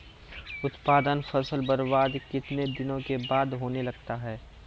उत्पादन फसल बबार्द कितने दिनों के बाद होने लगता हैं?